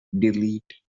delete